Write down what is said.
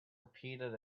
repeated